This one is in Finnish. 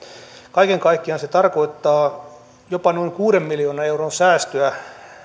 kaiken kaikkiaan se tarkoittaa jopa noin kuuden miljoonan euron säästöä